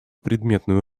предметную